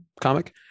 comic